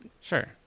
sure